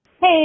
Hey